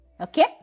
Okay